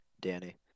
Danny